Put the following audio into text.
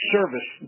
service